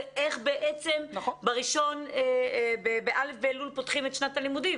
זה איך בעצם ב-א' באלול פותחים את שנת הלימודים.